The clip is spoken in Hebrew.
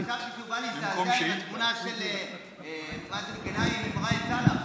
אבל חשבתי שהוא בא להזדעזע מהתמונה של מאזן גנאים עם ראאד סלאח.